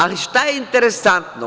Ali, šta je interesantno?